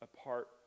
apart